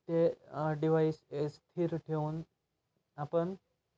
ते डिवाईस स्थिर ठेवून आपण